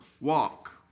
walk